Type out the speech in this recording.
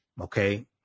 okay